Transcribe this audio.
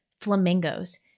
flamingos